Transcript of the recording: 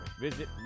Visit